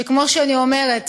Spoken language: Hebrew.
שכמו שאני אומרת,